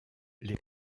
les